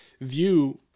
view